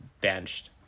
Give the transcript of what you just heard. benched